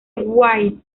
dwight